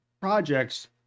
projects